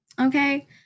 Okay